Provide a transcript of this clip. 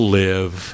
live